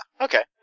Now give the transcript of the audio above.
Okay